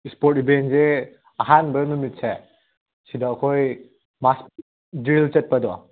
sport ꯏꯕꯦꯟꯁꯦ ꯑꯍꯥꯟꯕ ꯅꯨꯃꯤꯠꯁꯦ ꯁꯤꯗ ꯑꯩꯈꯣꯏ ꯃꯥꯁ ꯗ꯭ꯔꯤꯜ ꯆꯠꯄꯗꯣ